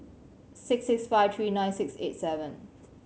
six six five three nine six eight seven